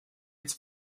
its